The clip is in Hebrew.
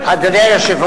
לדוגמה,